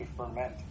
ferment